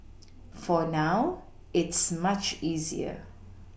for now it's much easier